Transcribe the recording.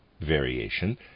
variation